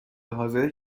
حاضر